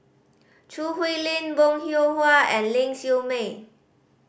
Choo Hwee Lim Bong Hiong Hwa and Ling Siew May